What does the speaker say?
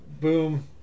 boom